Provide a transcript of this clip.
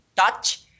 touch